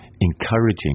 encouraging